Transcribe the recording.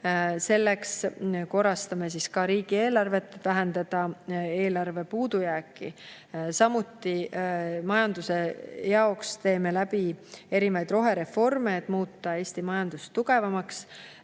Selleks korrastame ka riigieelarvet, et vähendada eelarve puudujääki. Samuti majanduse jaoks viime läbi erinevaid rohereforme, et muuta Eesti majandust tugevamaks.